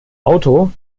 auto